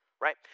Right